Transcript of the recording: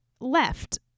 left